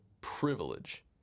privilege